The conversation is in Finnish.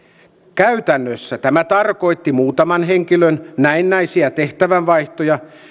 käytännössä tämä tarkoitti muutaman henkilön näennäisiä tehtävänvaihtoja